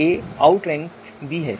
a outरैंक b है